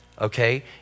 okay